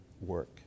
work